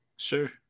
Sure